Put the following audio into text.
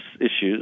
issues